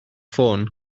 ffôn